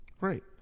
right